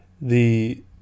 the-